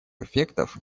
эффектов